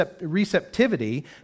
receptivity